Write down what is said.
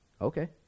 Okay